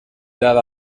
edad